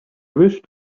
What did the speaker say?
wished